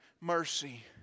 mercy